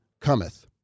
cometh